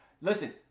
Listen